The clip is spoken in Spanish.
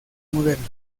moderna